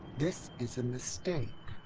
this is a mistake!